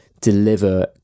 deliver